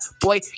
boy